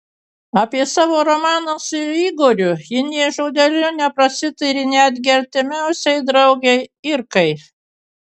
apie savo romaną su igoriu ji nė žodeliu neprasitarė netgi artimiausiai draugei irkai